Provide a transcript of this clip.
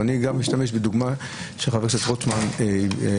אבל אני גם אשתמש בדוגמה שחבר הכנסת רוטמן ציין.